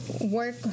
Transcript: work